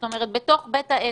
זאת אומרת, בתוך בית העסק.